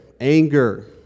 anger